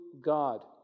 God